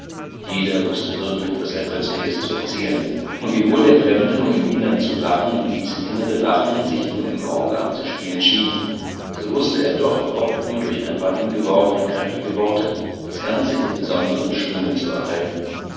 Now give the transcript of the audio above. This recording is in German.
jeder wußte irgend etwas ergötzliches zu erzählen und wiewohl der fremde nur im innern zu lachen und dies innere lachen sich nur im auge abzuspiegeln schien so wußte er doch oft nur durch ein paar hineingeworfene kräftige worte das ganze in besonderem schwünge zu erhalten